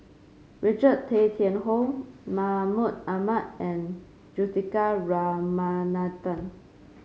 Richard Tay Tian Hoe Mahmud Ahmad and Juthika Ramanathan